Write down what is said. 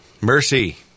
Mercy